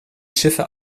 schiffe